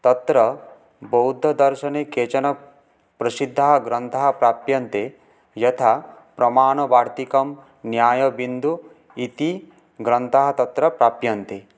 तत्र बौद्धदर्शने केचन प्रसिद्धाः ग्रन्थाः प्राप्यन्ते यथा प्रमाणवार्त्तिकं न्यायबिन्दुः इति ग्रन्थः तत्र प्राप्यन्ते